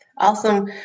Awesome